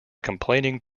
complaining